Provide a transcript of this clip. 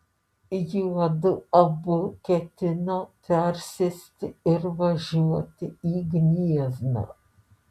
juodu abu ketino persėsti ir važiuoti į gniezną